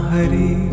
Hari